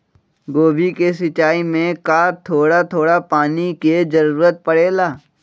गोभी के सिचाई में का थोड़ा थोड़ा पानी के जरूरत परे ला?